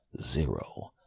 zero